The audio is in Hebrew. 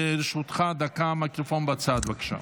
לרשותך דקה מהמיקרופון בצד, בבקשה.